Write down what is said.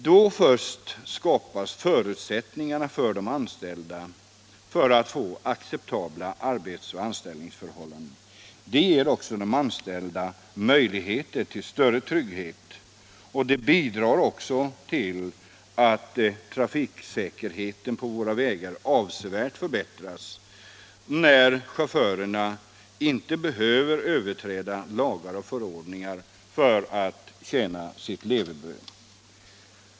Då först skapas förutsättningar för de anställda att få acceptabla arbetsoch anställningsförhållanden. Det ger också de anställda möjligheter till större trygghet, och det bidrar till att trafiksäkerheten på våra vägar avsevärt förbättras när chaufförerna inte behöver överträda lagar och förordningar för att tjäna sitt levebröd.